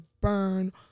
burn